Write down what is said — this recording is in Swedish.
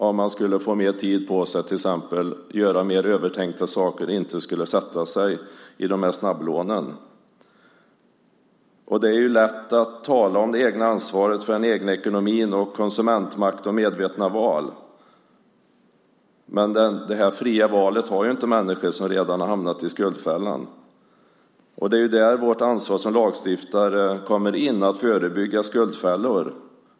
Om man skulle få mer tid på sig och göra mer övertänkta saker skulle man kanske inte ta dessa snabblån. Det är lätt att tala om det egna ansvaret för den egna ekonomin, om konsumentmakt och om medvetna val. Men människor som redan har hamnat i skuldfällan har inte det fria valet. Det är där vårt ansvar som lagstiftare kommer in. Vi ska förebygga skuldfällor.